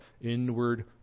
inward